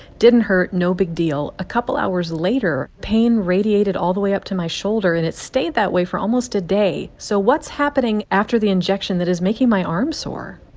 didn't hurt, no big deal. a couple hours later, pain radiated all the way up to my shoulder. and it stayed that way for almost a day. so what's happening after the injection that is making my arm sore?